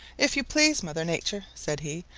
if you please, mother nature, said he,